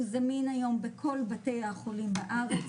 הוא זמין היום בכל בתי החולים בארץ,